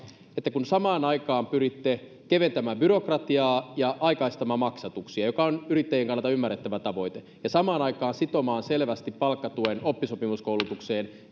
kun samaan aikaan pyritte keventämään byrokratiaa ja aikaistamaan maksatuksia mikä on yrittäjien kannalta ymmärrettävä tavoite ja samaan aikaan sitomaan selvästi palkkatuen oppisopimuskoulutukseen